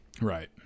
Right